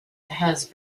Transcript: has